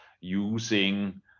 using